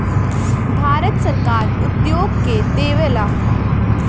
भारत सरकार उद्योग के देवऽला